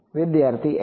વિદ્યાર્થી એન